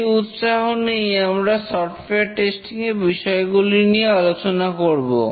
সেই উৎসাহ নিয়েই আমরা সফটওয়্যার টেস্টিং এর বিষয়গুলি নিয়ে আলোচনা করব